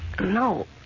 No